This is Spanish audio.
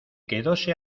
quedóse